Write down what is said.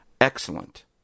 Excellent